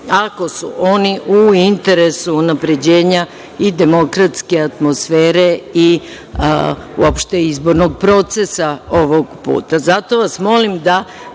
ako su oni u interesu unapređenja i demokratske atmosfere i uopšte izbornog procesa ovog puta. Zato vas molim da